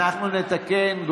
אנחנו נתקן.